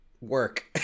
work